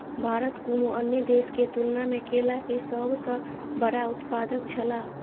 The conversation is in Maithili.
भारत कुनू अन्य देश के तुलना में केला के सब सॉ बड़ा उत्पादक छला